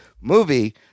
movie